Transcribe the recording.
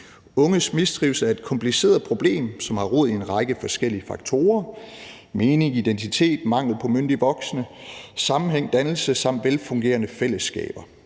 Unges mistrivsel er et kompliceret problem, som har rod i en række forskellige faktorer: Mening, identitet, mangel på myndige voksne, sammenhæng, dannelse samt velfungerende fællesskaber.